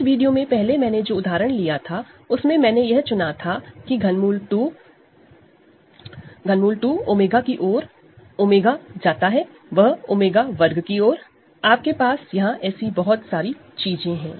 इस वीडियो में पहले मैंने जो उदाहरण लिया था उस में मैंने यह चुना था की ∛ 2 जाता है ∛ 2𝜔 की ओर 𝜔 जाता है वह 𝜔2 की ओर आप के पास यहां ऐसी बहुत सारी चीजें हैं